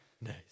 Nice